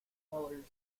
colors